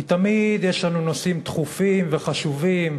כי תמיד יש לנו נושאים דחופים וחשובים: